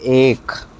एक